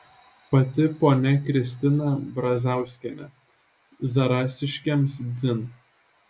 pati ponia kristina brazauskienė zarasiškiams dzin